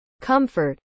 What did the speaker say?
Comfort